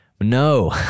No